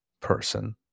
person